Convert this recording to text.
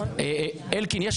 אלקין, יש